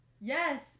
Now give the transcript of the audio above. Yes